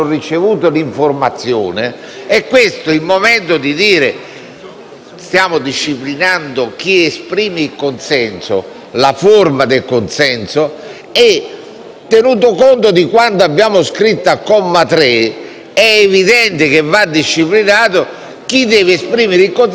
stiamo disciplinando chi esprime il consenso e la forma del consenso. Tenuto conto di quanto abbiamo scritto al comma 3, è evidente che va disciplinato chi deve esprimere il consenso ove il paziente non possa farlo e quali forme si devono assumere.